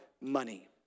money